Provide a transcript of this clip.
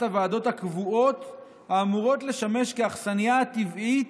הוועדות הקבועות האמורות לשמש כ'אכסניה הטבעית'